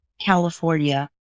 California